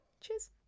cheers